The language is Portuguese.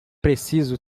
preciso